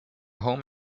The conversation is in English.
home